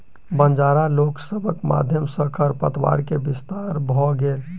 बंजारा लोक सभक माध्यम सॅ खरपात के विस्तार भ गेल